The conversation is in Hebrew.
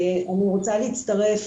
אני רוצה להצטרף,